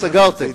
שסגרתם.